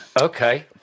Okay